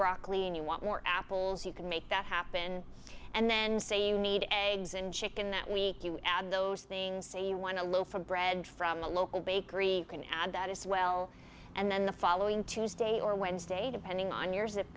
broccoli and you want more apples you can make that happen and then say you need eggs and chicken that week you add those things say you want a loaf of bread from the local bakery can add that as well and then the following tuesday or wednesday depending on your zip